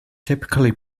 typically